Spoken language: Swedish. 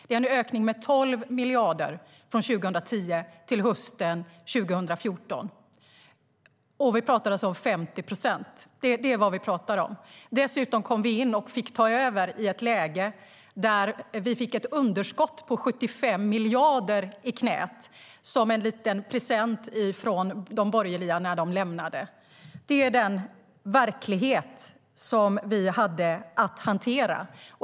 Det är en ökning med 12 miljarder från 2010 till hösten 2014. Vi talar alltså om 50 procent. Det är vad vi talar om. Dessutom kom vi in och fick ta över i ett läge där vi fick ett underskott på 75 miljarder i knät som en liten present från de borgerliga när de lämnade. Det är den verklighet som vi hade att hantera.